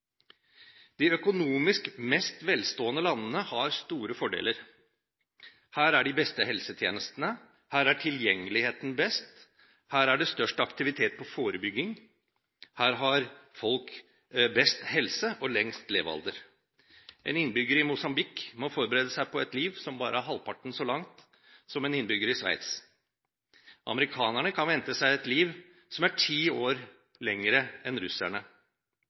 De økonomisk mest velstående landene har store fordeler. Her er de beste helsetjenestene, her er tilgjengeligheten best, her er det størst aktivitet på forebygging, her har folk best helse og lengst levealder. En innbygger i Mosambik må forberede seg på et liv som bare er halvparten så langt som livet til en innbygger i Sveits. Amerikanerne kan vente seg et liv som er ti år lengre enn